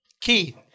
Keith